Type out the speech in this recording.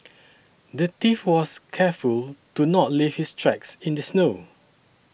the thief was careful to not leave his tracks in the snow